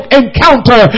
encounter